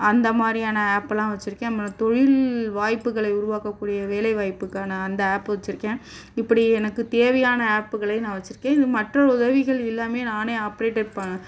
அந்த மாதிரியான ஆப்லாம் வச்சுருக்கேன் அப்புறம் தொழில் வாய்ப்புகளை உருவாக்கக்கூடிய வேலைவாய்ப்புக்கான அந்த ஆப்பு வச்சுருக்கேன் இப்படி எனக்குத் தேவையான ஆப்புகளை நான் வச்சுருக்கேன் இது மற்றவர் உதவிகள் இல்லாமயே நானே ஆப்ரேட்டர் ப